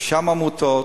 רשם העמותות,